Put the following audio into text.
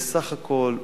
בסך הכול,